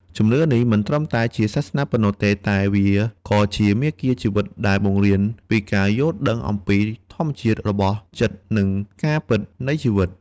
ជំនឿនេះមិនត្រឹមតែជាសាសនាប៉ុណ្ណោះទេ តែវាក៏ជាមាគ៌ាជីវិតដែលបង្រៀនពីការយល់ដឹងអំពីធម្មជាតិរបស់ចិត្ត និងការពិតនៃជីវិត។